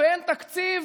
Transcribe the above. ואין תקציב,